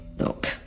Look